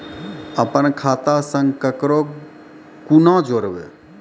अपन खाता संग ककरो कूना जोडवै?